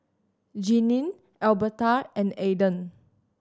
Jeanine Albertha and Aiden